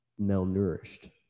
malnourished